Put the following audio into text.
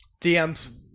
DMs